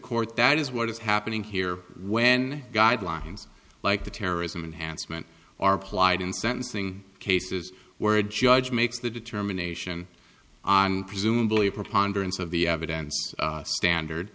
court that is what is happening here when guidelines like the terrorism enhancement are applied in sentencing cases where a judge makes the determination on presumably a preponderance of the evidence standard